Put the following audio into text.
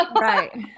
right